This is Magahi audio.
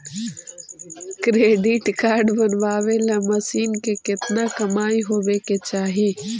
क्रेडिट कार्ड बनबाबे ल महीना के केतना कमाइ होबे के चाही?